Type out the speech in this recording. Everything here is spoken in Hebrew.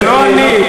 זה לא אני,